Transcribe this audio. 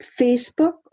Facebook